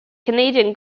canadian